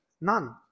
None